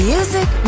Music